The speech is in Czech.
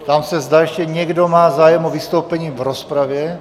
Ptám se, zda ještě někdo má zájem o vystoupení v rozpravě?